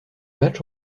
matchs